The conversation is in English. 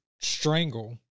strangle